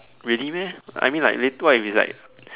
really meh I mean like later what if it's like